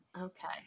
Okay